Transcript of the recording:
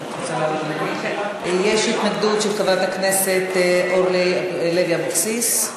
יש התנגדות של חברת הכנסת אורלי לוי אבקסיס.